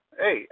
hey